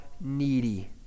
needy